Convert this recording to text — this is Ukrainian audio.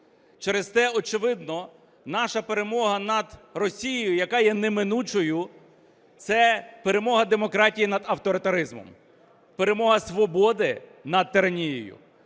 Через те, очевидно, наша перемога над Росією, яка є неминучою, це перемога демократії над авторитаризмом, перемога свободи над тиранією.